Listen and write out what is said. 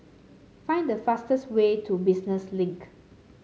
find the fastest way to Business Link